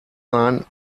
sein